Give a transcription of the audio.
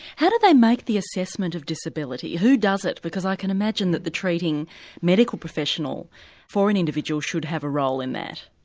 how do they make the assessment of disability, who does it? because i can imagine that the treating medical professional for an individual should have a role in that.